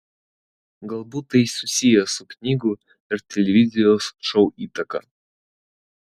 galbūt tai susiję su knygų ir televizijos šou įtaka